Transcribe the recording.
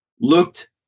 looked